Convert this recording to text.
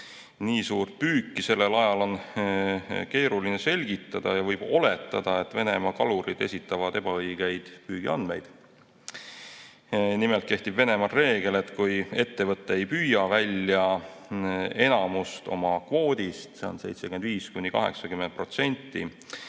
Nii suurt püüki sellel ajal on keeruline selgitada ja võib oletada, et Venemaa kalurid esitavad ebaõigeid püügiandmeid. Nimelt kehtib Venemaal reegel, et kui ettevõte ei püüa välja enamikku oma kvoodist, see on 75–80%,